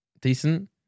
decent